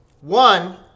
One